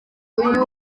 uyu